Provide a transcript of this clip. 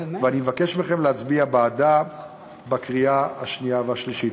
ואני מבקש מכם להצביע בעדה בקריאה שנייה ובקריאה שלישית.